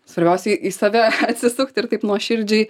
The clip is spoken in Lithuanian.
svarbiausiai į save atsisukti ir taip nuoširdžiai